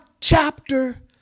chapter